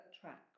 track